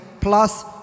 plus